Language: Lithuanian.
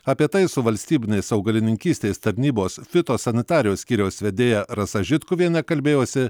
apie tai su valstybinės augalininkystės tarnybos fitosanitarijos skyriaus vedėja rasa žitkuviene kalbėjosi